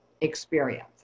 experience